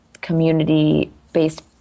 community-based